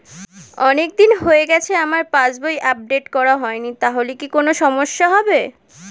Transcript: অনেকদিন হয়ে গেছে আমার পাস বই আপডেট করা হয়নি তাহলে কি কোন সমস্যা হবে?